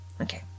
Okay